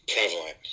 prevalent